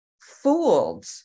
fooled